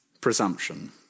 Presumption